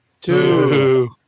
two